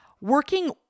working